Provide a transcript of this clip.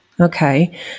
Okay